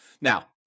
Now